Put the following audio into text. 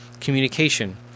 Communication